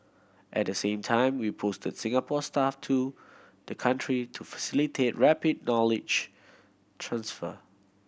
at the same time we posted Singapore staff to the country to facilitate rapid knowledge transfer